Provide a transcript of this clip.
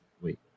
wait